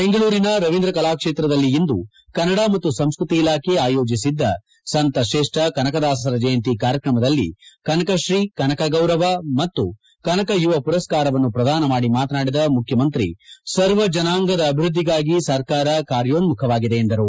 ಬೆಂಗಳೂರಿನ ರವೀಂದ್ರ ಕಲಾಕ್ಷೇತ್ರದಲ್ಲಿ ಇಂದು ಕನ್ನಡ ಮತ್ತು ಸಂಸ್ಕತಿ ಇಲಾಖೆ ಆಯೋಜಿಸಿದ್ದ ಸಂತ ಶ್ರೇಷ್ಠ ಕನಕದಾಸರ ಜಯಂತಿ ಕಾರ್ಯಕ್ರಮದಲ್ಲಿ ಕನಕ ಶ್ರೀ ಕನಕ ಗೌರವ ಹಾಗೂ ಕನಕ ಯುವ ಮರಸ್ಕಾರವನ್ನು ಪ್ರದಾನ ಮಾಡಿ ಮಾತನಾಡಿದ ಮುಖ್ಯಮಂತ್ರಿ ಸರ್ವ ಜನಾಂಗದ ಅಭಿವೃದ್ಧಿಗಾಗಿ ಸರ್ಕಾರ ಕಾರ್ಯೋನ್ಮಖವಾಗಿದೆ ಎಂದರು